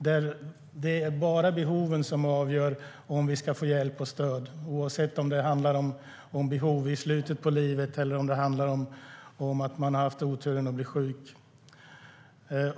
Det är bara behoven som avgör om vi ska få hjälp och stöd, oavsett om det handlar om behov i slutet av livet eller om det handlar om att man har haft oturen att bli sjuk.